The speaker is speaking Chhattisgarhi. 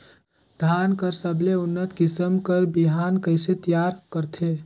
धान कर सबले उन्नत किसम कर बिहान कइसे तियार करथे?